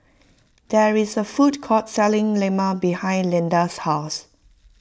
there is a food court selling Lemang behind Leda's house